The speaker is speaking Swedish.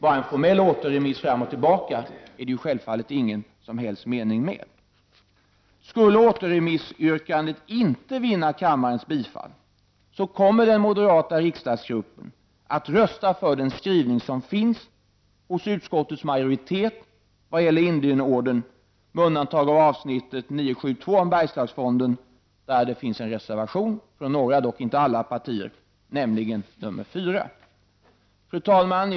Bara en formell remiss fram och tillbaka är det självfallet ingen som helst mening med. Skulle återremissyrkandet inte vinna kammarens bifall, kommer den moderata riksdagsgruppen att rösta för den skrivning som finns hos utskottsmajoriteten vad gäller Indienordern, med undantag av avsnittet 9.7. 2. Bergslagsfonden, där det finns en reservation från några partier, nämligen nr 4. Fru talman!